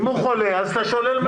אם הוא חולה אז אתה שולל ממנו את הזכות.